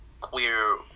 queer